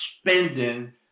spending